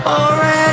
Alright